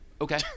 okay